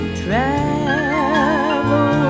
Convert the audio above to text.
travel